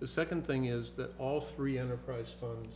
the second thing is that all three enterprise